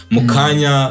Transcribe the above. Mukanya